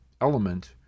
element